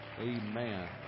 Amen